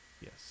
Yes